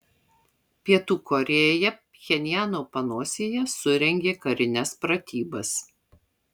pietų korėja pchenjano panosėje surengė karines pratybas